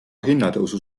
hinnatõusu